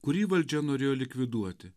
kurį valdžia norėjo likviduoti